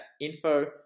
info